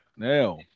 Now